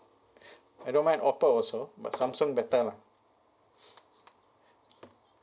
I don't mind oppo also but samsung better lah